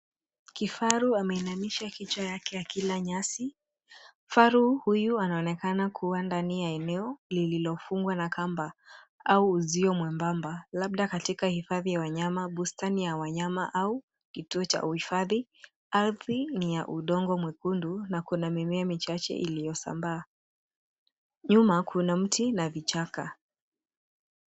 Kifaru ameinamisha kichwa yake akila nyasi. Kifaru huyu anaonekana kuwa ndani ya eneo lililofungwa na kamba au uzio mwembamba labda katika hifadhi ya wanyama, bustani ya wanyama au kituo cha uhifadhi. Ardhi ni ya udongo mwekundu na kuna mimea michache iliyosambaa. Nyuma kuna mti na vichaka.